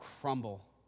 crumble